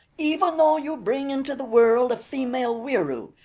even though you bring into the world a female wieroo,